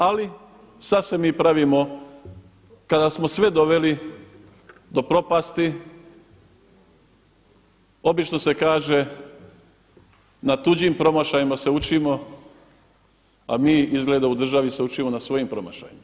Ali sada se mi pravimo kada smo sve doveli do propasti, obično se kaže na tuđim promašajima se učimo, a mi izgleda u državi se učimo na svojim promašajima.